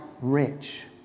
rich